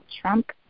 Trump